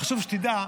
חשוב שתדע,